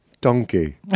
donkey